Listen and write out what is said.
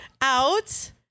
out